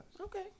Okay